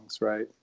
right